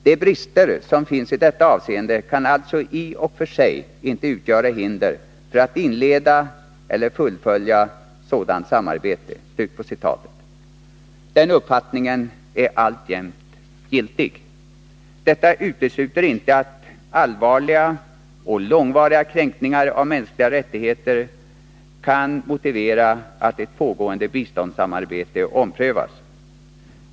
De brister som finns i detta avseende kan alltså i och för sig inte utgöra hinder för att inleda eller fullfölja sådant samarbete.” Den uppfattningen har alltjämt giltighet. Detta utesluter inte att allvarliga och långvariga kränkningar av mänskliga rättigheter kan motivera att ett pågående biståndssamarbete omprövas.